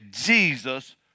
Jesus